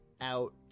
out